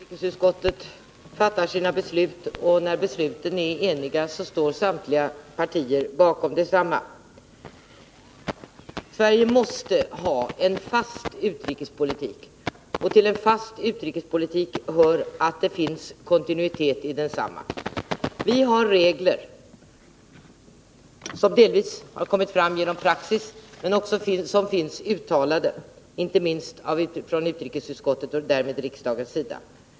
Herr talman! Utrikesutskottet fattar sina beslut, och när besluten är eniga står samtliga partier bakom dem. Sverige måste ha en fast utrikespolitik, och till en fast utrikespolitik hör att det finns kontinuitet. Vi har regler, som delvis har tillkommit genom praxis men som finns uttalade, inte minst från utrikesutskottets och därmed riksdagens sida.